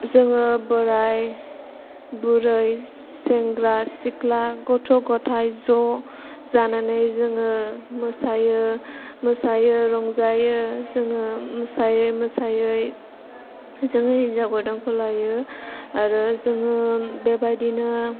जों बोराय बुरै सेंग्रा सिख्ला गथ' गथाय ज' जानानै जों मोसायो मोसायो रंजायो जों मोसायै मोसायै जोङो हिन्जाव गोदानखौ लायो आरो जों बेबायदिनो